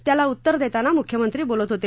त्याला उत्तर देताना मुख्यमंत्री बोलत होते